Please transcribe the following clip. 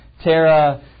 Tara